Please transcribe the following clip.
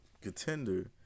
contender